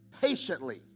patiently